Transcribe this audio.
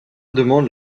demande